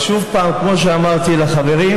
אבל שוב, כפי שאמרתי לחברים,